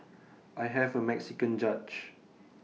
I have A Mexican judge